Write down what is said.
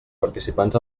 participants